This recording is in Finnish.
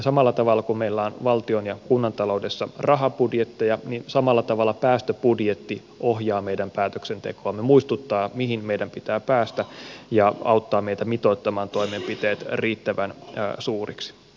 samalla tavalla kun meillä on valtion ja kunnan taloudessa rahabudjetteja päästöbudjetti ohjaa meidän päätöksentekoamme muistuttaa mihin meidän pitää päästä ja auttaa meitä mitoittamaan toimenpiteet riittävän suuriksi